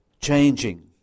Changing